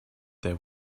there